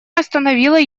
остановила